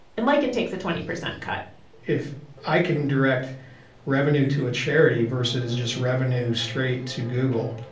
enliken takes a twenty percent cut if i can direct revenue to a charity, versus just revenue straight to google,